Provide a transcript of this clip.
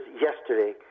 yesterday